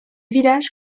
village